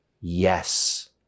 Yes